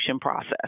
process